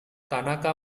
tanaka